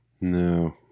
no